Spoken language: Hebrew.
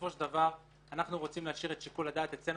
בסופו של דבר אנחנו רוצים להשאיר את שיקול הדעת אצלנו,